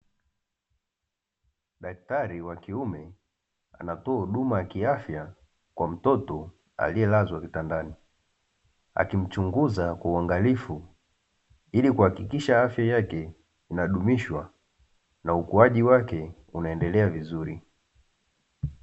Daktari wa kiume anatoa huduma ya kiafya kwa mtoto aliyelazwa kitandani akimchunguza kwa uangalifu, ili kuhakikisha afya yake inadumishwa na ukuaji wake unaendelea vizuri.